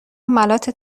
ملاط